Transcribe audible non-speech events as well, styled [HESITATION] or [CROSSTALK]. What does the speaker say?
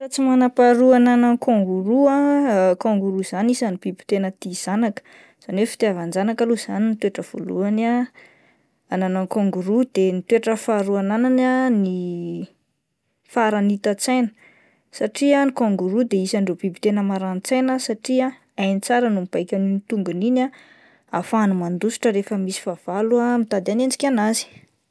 Toetra tsy manam-paharoa ananan'ny kangoroa ah [HESITATION] kangoroa izany isan'ny biby tena tia zanaka izany hoe fitiavan-janaka no toetra voalohany ananan'ny kangoroa, ny toetra faharoa ananany ah ny faharanitan-tsaina satria ny kangoroa dia isan'ireo biby tena maranin-tsaina satria hainy tsara ny mibaiko an'iny tongony iny ah ahafahany mandositra rehefa misy fahavalo mitady anenjika an'azy.